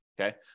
okay